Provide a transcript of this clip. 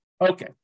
Okay